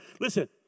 Listen